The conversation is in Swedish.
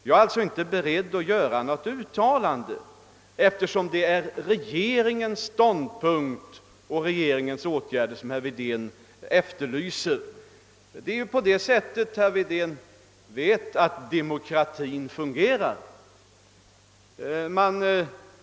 Jag är alltså inte beredd att göra något uttalande eftersom det är regeringens ståndpunkt och åtgärder herr Wedén efterlyser. Herr Wedén vet ju att det är på det sättet demokratin fungerar.